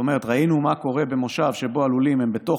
זאת אומרת,